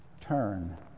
turn